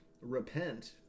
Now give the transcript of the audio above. Repent